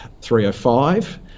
305